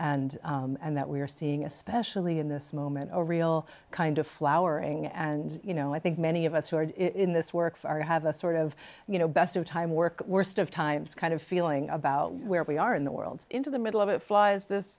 and and that we are seeing especially in this moment a real kind of flowering and you know i think many of us who are in this work for have a sort of you know best of time work worst of times kind of feeling about where we are in the world into the middle of it flies this